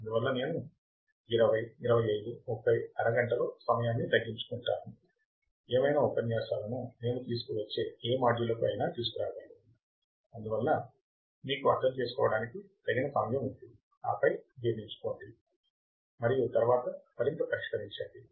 అందువల్ల నేను 20 25 30 అరగంటలో సమయాన్ని తగ్గించుకుంటానుఏమైనా ఉపన్యాసాలునేను తీసుకువచ్చే ఏ మాడ్యూళ్ళకు అయినా తీసుకురాగలిగాను అందువల్ల మీకు అర్థం చేసుకోవడానికి తగినంత సమయం ఉంది ఆపై జీర్ణించుకోండి మరియు తరువాత మరింత పరిష్కరించండి